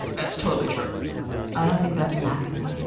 that's totally true i don't think that's an accident.